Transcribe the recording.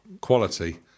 Quality